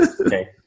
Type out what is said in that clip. Okay